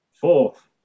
fourth